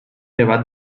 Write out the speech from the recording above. debat